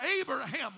Abraham